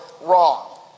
wrong